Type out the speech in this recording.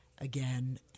again